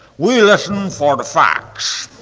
we listened for the facts.